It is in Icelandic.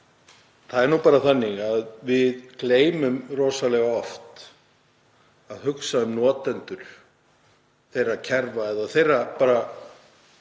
Það er nú bara þannig að við gleymum rosalega oft að hugsa um notendur þessa kerfis eða kerfa í